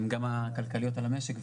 גם התקציביות, גם הכלכליות על המשק.